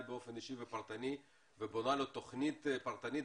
באופן אישי ופרטני ובונה לו תוכנית פרטנית,